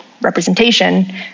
representation